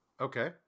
Okay